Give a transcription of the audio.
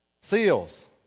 seals